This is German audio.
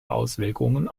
auswirkungen